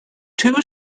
two